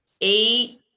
eight